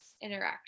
interaction